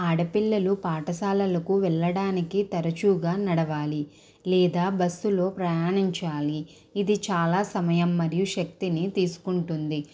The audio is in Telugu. ఆడపిల్లలు పాఠశాలలకు వెళ్ళడానికి తరచుగా నడవాలి లేదా బస్సులో ప్రయాణించాలి ఇది చాలా సమయం మరియు శక్తిని తీసుకుంటుంది